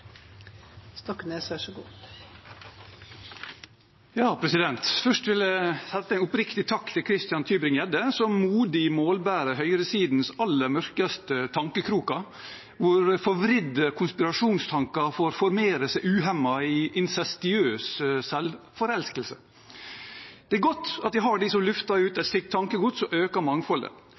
Stoknes har hatt ordet to ganger tidligere og får ordet til en kort merknad, begrenset til 1 minutt. Først vil jeg rette en oppriktig takk til Christian Tybring-Gjedde, som modig målbærer høyresidens aller mørkeste tankekroker, hvor forvridde konspirasjonstanker får formere seg uhemmet i incestuøs selvforelskelse. Det er godt at vi har dem som lufter ut et slikt tankegods og øker